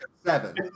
seven